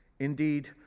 Indeed